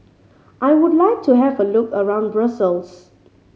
I would like to have a look around Brussels